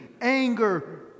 anger